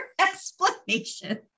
explanation